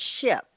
ship